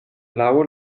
laŭ